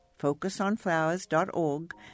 focusonflowers.org